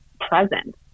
present